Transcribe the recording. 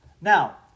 now